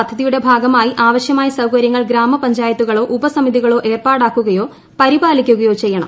പദ്ധതിയുടെ ഭാഗമായി ആവശ്യമായ സൌകരൃങ്ങൾ ഗ്രാമപഞ്ചായത്തുകളോ ഉപസമിതികളോ ഏർപ്പാടാക്കുകയോ പരിപാലിക്കുകയോ ചെയ്യണം